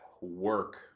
work